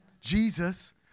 Jesus